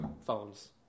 phones